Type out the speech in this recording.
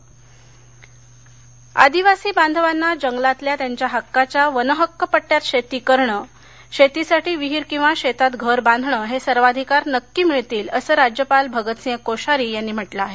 राज्यपाल पालघर आदिवासी बांधवांना जंगलातल्या त्यांच्या हक्काच्या वनहक्क पट्टयात शेती करणं शेतीसाठी विहीर किंवा शेतात घर बांधणं हे सर्वाधिकार नक्की मिळतील असं राज्यपाल भगतसिंह कोश्यारी यांनी म्हटलं आहे